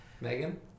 Megan